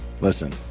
listen